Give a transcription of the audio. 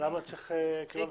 למה צריך קרבה משפחתית?